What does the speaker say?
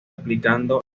aplicando